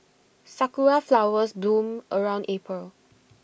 Sakura Flowers bloom around April